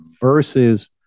versus